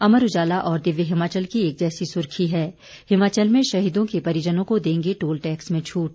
अमर उजाला और दिव्य हिमाचल की एक जैसी सुर्खी है हिमाचल में शहीदों के परिजनों को देंगे टोल टैक्स में छूट